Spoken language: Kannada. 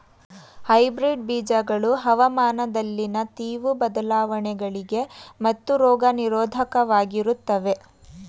ಹೈಬ್ರಿಡ್ ಬೀಜಗಳು ಹವಾಮಾನದಲ್ಲಿನ ತೀವ್ರ ಬದಲಾವಣೆಗಳಿಗೆ ಮತ್ತು ರೋಗ ನಿರೋಧಕವಾಗಿರುತ್ತವೆ